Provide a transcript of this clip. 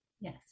Yes